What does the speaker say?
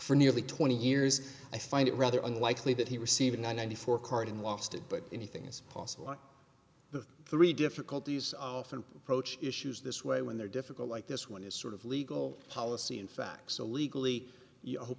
for nearly twenty years i find it rather unlikely that he received ninety four card and lost it but anything's possible the three difficulties and approach issues this way when they're difficult like this one is sort of legal policy and facts are legally you hope